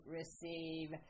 receive